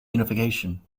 unification